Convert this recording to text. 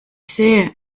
sehe